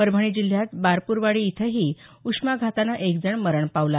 परभणी जिल्ह्यात बारपूरवाडी इथंही उष्माघातानं एकजण मरण पावला